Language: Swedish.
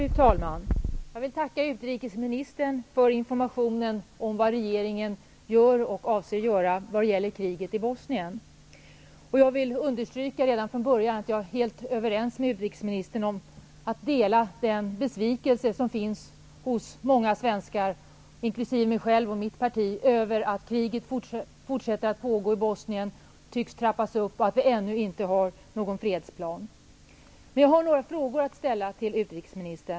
Fru talman! Jag vill tacka utrikesministern för informationen om vad regeringen gör och avser göra vad gäller kriget i Bosnien. Jag vill understryka redan från början att jag med utrikesministern helt delar den besvikelse som finns hos många svenskar, inklusive mig själv och mitt parti, över att kriget fortsätter i Bosnien, att det tycks trappas upp och att det ännu inte finns någon fredsplan. Men jag har några frågor att ställa till utrikesministern.